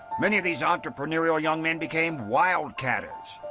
many of these entrepreneurial young men became wildcatters.